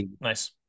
nice